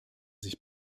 sich